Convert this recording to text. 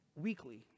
weekly